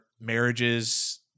marriages